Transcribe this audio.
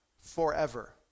forever